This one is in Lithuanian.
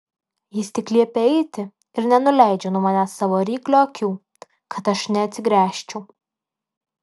jis tik liepia eiti ir nenuleidžia nuo manęs savo ryklio akių kad aš neatsigręžčiau